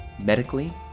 medically